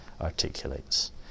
articulates